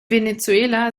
venezuela